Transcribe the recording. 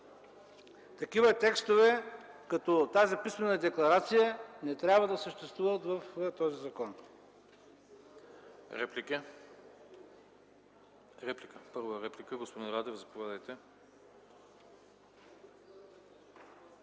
такива текстове, като тази писмена декларация, не трябва да съществуват в този закон.